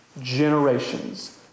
Generations